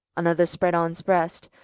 another spread on's breast,